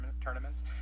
tournaments